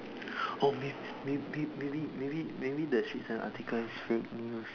oh may~ maybe maybe maybe maybe the Straits times article is fake news